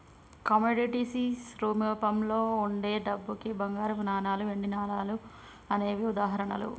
commodities రూపంలో వుండే డబ్బుకి బంగారపు నాణాలు, వెండి నాణాలు అనేవే ఉదాహరణలు